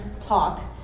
talk